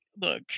look